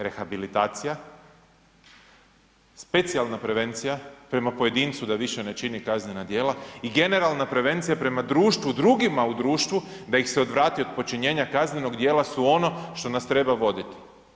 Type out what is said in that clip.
Rehabilitacija, specijalna prevencija prema pojedincu da više ne čini kaznena djela i generalna prevencija prema društvu drugima u društvu da ih se odvrati od počinjenja kaznenog djela su ono što nas treba voditi.